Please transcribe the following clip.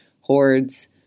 hordes